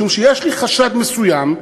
משום שיש לי חשד מסוים,